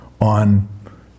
on